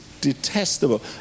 detestable